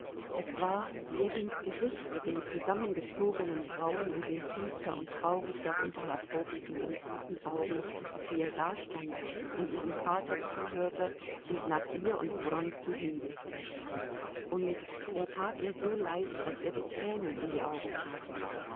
es war ljewins gesicht mit den zusammengezogenen brauen und den finster und traurig darunter hervorblickenden guten augen wie er dastand und ihrem vater zuhörte und nach ihr und wronski hinblickte und er tat ihr so leid daß ihr die tränen in die augen traten